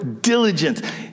diligence